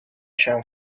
się